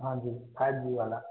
हाँजी five G वाला